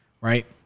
right